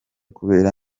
kubera